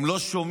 הם לא שומעים